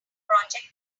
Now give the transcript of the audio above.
project